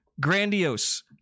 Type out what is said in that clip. grandiose